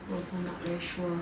so also ot very sure